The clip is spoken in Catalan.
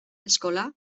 escolà